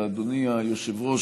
אדוני היושב-ראש,